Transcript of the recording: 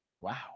wow